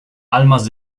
almas